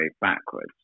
backwards